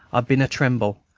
i been-a-tremble,